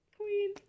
queen